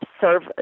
serve